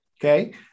Okay